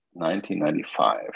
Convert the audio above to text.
1995